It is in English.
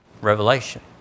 Revelation